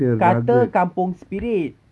kata kampung spirit